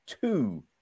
two